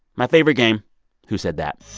my favorite game who said that